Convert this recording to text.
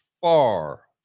far